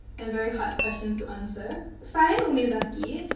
and very hard questions to answer. sae umezaki.